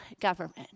government